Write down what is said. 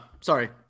Sorry